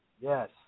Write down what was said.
Yes